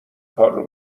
کارو